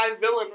villain